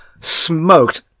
smoked